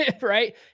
right